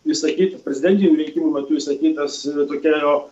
išsakytų prezidentinių rinkimų metu išsakytas tokia jo